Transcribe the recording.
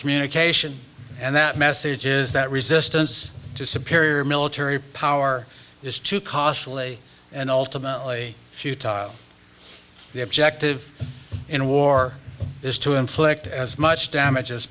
communication and that message is that resistance to superior military power is too costly and ultimately futile the objective in war is to inflict as much damage as